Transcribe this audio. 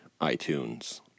iTunes